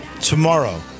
tomorrow